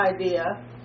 idea